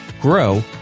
Grow